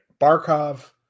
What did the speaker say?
Barkov